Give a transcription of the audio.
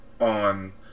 on